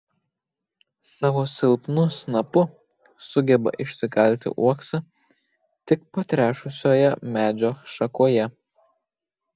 savo silpnu snapu sugeba išsikalti uoksą tik patrešusioje medžio šakoje